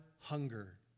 hunger